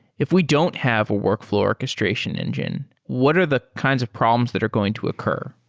if we don't have a workflow orchestration engine, what are the kinds of problems that are going to occur?